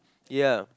ya